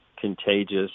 contagious